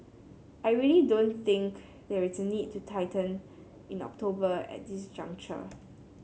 I really don't think there is a need to tighten in October at this juncture